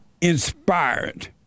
inspired